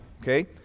okay